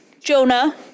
Jonah